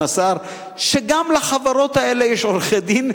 השר שגם לחברות האלה יש עורכי-דין,